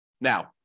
Now